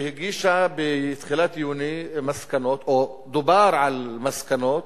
והגישה בתחילת יוני מסקנות, או דובר על מסקנות.